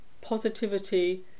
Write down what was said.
positivity